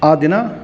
ಆ ದಿನ